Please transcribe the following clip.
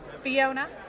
Fiona